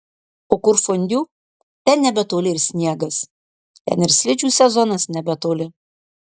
o kur fondiu ten nebetoli ir sniegas ten ir slidžių sezonas nebetoli